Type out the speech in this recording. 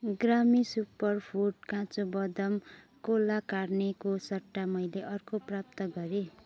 ग्रामी सुप्परफुड काँचो बदामको ला कार्नेको सट्टा मैले अर्को प्राप्त गरेँ